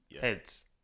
Heads